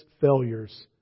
failures